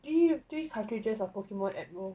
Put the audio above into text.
three three cartridges of pokemon emerald